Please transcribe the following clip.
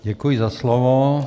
Děkuji za slovo.